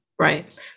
Right